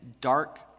dark